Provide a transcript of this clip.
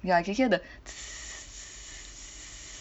yeah I can hear the